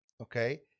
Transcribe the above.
okay